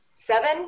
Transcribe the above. Seven